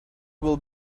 will